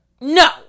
No